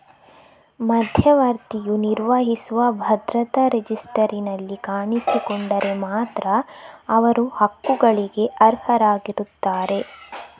ಮಧ್ಯವರ್ತಿಯು ನಿರ್ವಹಿಸುವ ಭದ್ರತಾ ರಿಜಿಸ್ಟರಿನಲ್ಲಿ ಕಾಣಿಸಿಕೊಂಡರೆ ಮಾತ್ರ ಅವರು ಹಕ್ಕುಗಳಿಗೆ ಅರ್ಹರಾಗಿರುತ್ತಾರೆ